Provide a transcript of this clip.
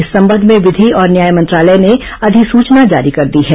इस संबंध में विधि और न्याय मंत्रालय ने अधिसूचना जारी कर दी है